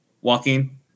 walking